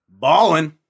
Ballin